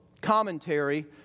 commentary